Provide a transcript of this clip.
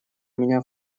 меня